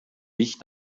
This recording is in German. dich